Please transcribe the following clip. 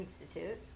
Institute